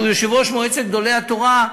שהוא יושב-ראש מועצת גדולי התורה,